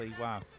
wow